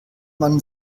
man